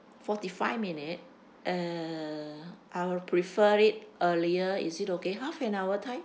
forty five minute uh I'll prefer it earlier is it okay half an hour time